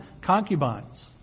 concubines